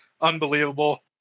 unbelievable